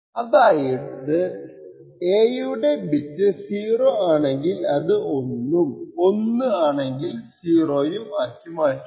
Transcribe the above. അതായത് a യുടെ bit 0 ആണെങ്കിൽ അത് 1 ഉം 1 ആണെങ്കിൽ അത് 0 ഉം ആക്കി മറ്റും